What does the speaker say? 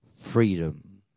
freedom